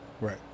Right